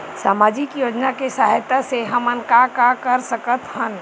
सामजिक योजना के सहायता से हमन का का कर सकत हन?